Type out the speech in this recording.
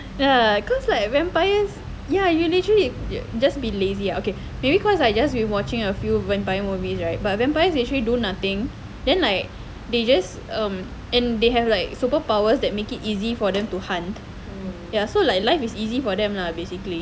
ya cause like vampires ya you literally just be lazy ah okay maybe cause I just been watching a few movies right but vampires actually do nothing then like they just um and they have like superpowers that make it easy for them to hunt ya so like life is easy for them lah basically